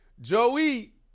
Joey